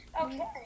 Okay